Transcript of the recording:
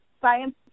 science